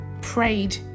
prayed